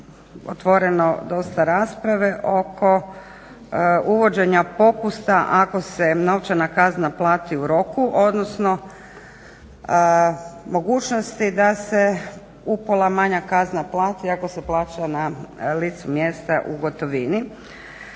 otvoreno dosta rasprave oko uvođenja popusta ako se novčana kazna plati u roku, odnosno mogućnosti da se upola manja kazna plati ako se plaća na licu mjesta u gotovini